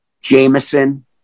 Jameson